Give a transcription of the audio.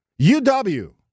UW